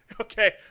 Okay